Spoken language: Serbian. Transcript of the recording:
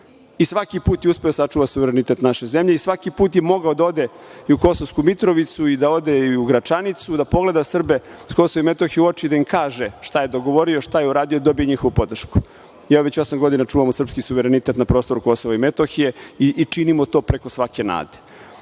I svaki put je uspeo da sačuva suverenitet naše zemlje i svaki put je mogao da ode i u Kosovsku Mitrovicu i da ode i u Gračanicu da pogleda Srbije sa Kosova i Metohije u oči i da im kaže šta je dogovorio, šta je uradio da dobije njihovu podršku. Evo, već osam godina čuvamo srpski suverenitet na prostoru Kosova i Metohije i činimo to preko svake nade. Od